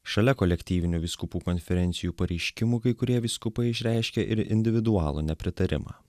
šalia kolektyvinių vyskupų konferencijų pareiškimų kai kurie vyskupai išreiškė ir individualų nepritarimą